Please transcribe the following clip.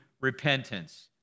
repentance